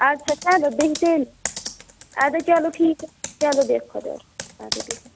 اَدسا چلو بیٚہہِ تیٚلہِ اَدٕے چلو ٹھیٖک حَی چلو بِہہ خۄدایَس اَدٕے بِہِی